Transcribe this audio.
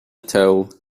towel